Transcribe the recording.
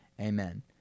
Amen